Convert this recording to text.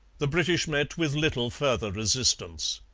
the british met with little further resistance.